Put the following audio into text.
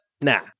nah